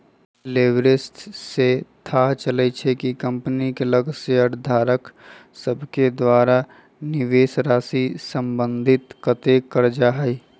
leverage से थाह चलइ छइ कि कंपनी के लग शेयरधारक सभके द्वारा निवेशराशि संबंधित कतेक करजा हइ